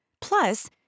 Plus